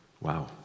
Wow